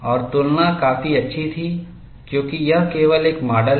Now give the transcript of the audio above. और तुलना काफी अच्छी थी क्योंकि यह केवल एक माडल है